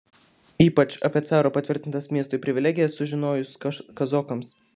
ypač apie caro patvirtintas miestui privilegijas sužinojus kazokams